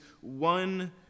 one